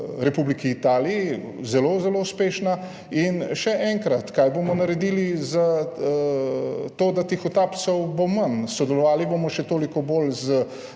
republiki Italiji zelo zelo uspešna. In še enkrat, kaj bomo naredili za to, da bo tihotapcev bo manj? Sodelovali bomo še toliko bolj z